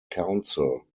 council